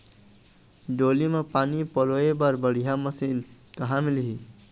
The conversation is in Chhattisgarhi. डोली म पानी पलोए बर बढ़िया मशीन कहां मिलही?